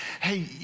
hey